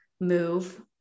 move